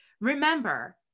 Remember